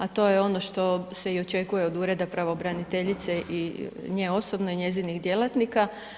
A to je ono što se i očekuje od Ureda pravobraniteljice i nje osobno i njezinih djelatnika.